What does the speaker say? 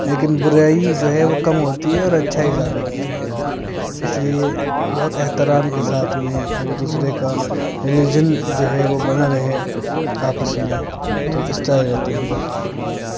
لیکن برائی جو ہے وہ کم ہوتی ہے اور اچھاٮٔی زیادہ ہوتی ہے اس لیے بہت احترام کے ساتھ میں اگر دوسرے کا ریلیجن جو ہے وہ بنا رہے آپس میں تو اس طرح رہتے ہیں بہت زیادہ